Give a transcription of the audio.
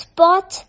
Spot